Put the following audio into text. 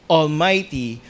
almighty